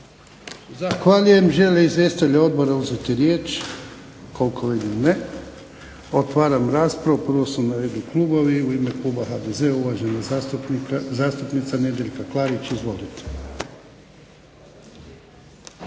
zahvaljujem. Žele li izvjestitelji Odbora uzeti riječ? KOLIko vidim ne. Otvaram raspravu, pravo su na redu klubovi, u ime Kluba HDZ-a uvažena zastupnica Nedjeljka Klarić. Izvolite.